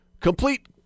complete